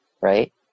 right